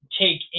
take